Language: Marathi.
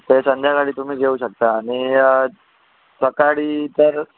ते संध्याकाळी तुम्ही घेऊ शकता आणि सकाळी तर